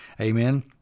Amen